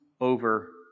over